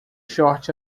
short